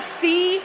see